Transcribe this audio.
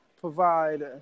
provide